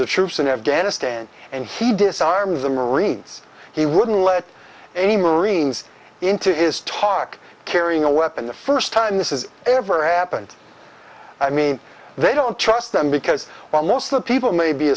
the troops in afghanistan and he disarmed the marines he wouldn't let any marines into his talk carrying a weapon the first time this is ever happened i mean they don't trust them because while most of the people may be